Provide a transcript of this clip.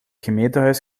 gemeentehuis